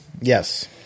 Yes